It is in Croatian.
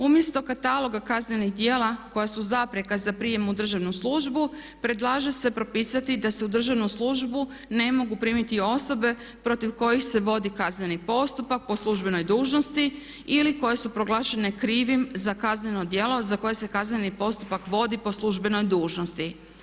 Umjesto kataloga kaznenih djela koja su zapreka za prijem u državnu službu predlaže se propisati da se u državnu službu ne mogu primiti osobe protiv kojih se vodi kazneni postupak po službenoj dužnosti ili koje su proglašene krivim za kazneno djelo za koje se kazneni postupak vodi po službenoj dužnosti.